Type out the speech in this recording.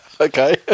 okay